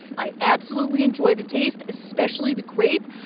i absolutely enjoy the taste, especially the grape.